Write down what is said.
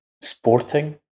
sporting